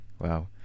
Wow